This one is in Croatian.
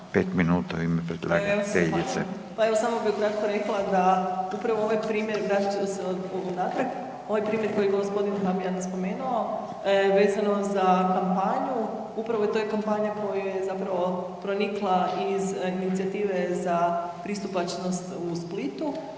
Evo ja vam se zahvaljujem. Pa evo samo bi ukratko rekla da upravo ovaj primjer, vratit ću se unatrag, ovaj primjer koji je g. Habijan spomenuo vezano za kampanju, upravo to je kampanja koju je zapravo pronikla iz inicijative „Za pristupačnost u Splitu“